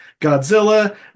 Godzilla